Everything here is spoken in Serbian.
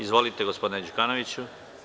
Izvolite gospodine Đukanoviću.